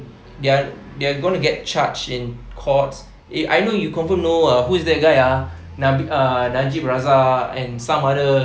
they are they are going to get charged in court eh I know you confirm know ah who's that guy ah najib uh najib razak and some other